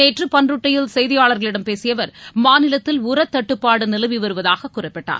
நேற்று பண்ருட்டியில் செய்தியாளர்களிடம் பேசிய அவர் மாநிலத்தில் உரத் தட்டுப்பாடு நிலவி வருவதாக குறிப்பிட்டார்